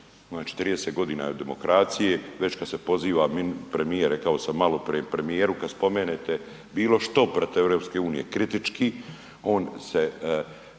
30 godina demokracije, već kad se poziva premijer, rekao sam maloprije premijeru kad spomenete bilo što protiv EU kritički, on se